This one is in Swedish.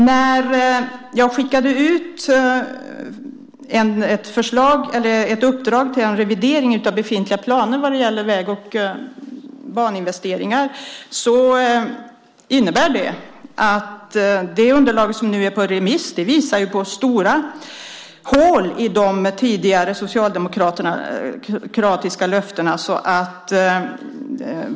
När jag skickade ut ett uppdrag till revidering av befintliga planer vad gäller väg och baninvesteringar var det för att det underlag som nu är ute på remiss visar att det finns stora hål i de tidigare, socialdemokratiska, löftena.